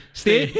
stay